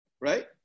Right